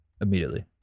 immediately